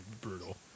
brutal